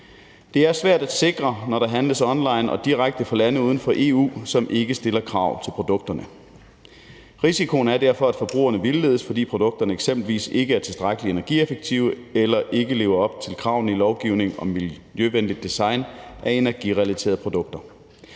Det er svært at sikre, når der handles online og direkte fra lande uden for EU, som ikke stiller krav til produkterne. Risikoen er derfor, at forbrugerne vildledes, fordi produkterne eksempelvis ikke er tilstrækkelig energieffektive eller ikke lever op til kravene i lovgivningen om miljøvenligt design af energirelaterede produkter.